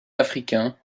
africain